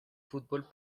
fútbol